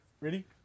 Ready